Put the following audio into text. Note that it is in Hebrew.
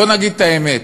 בואו נגיד את האמת.